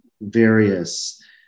various